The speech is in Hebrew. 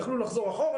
יכלו לחזור אחורה,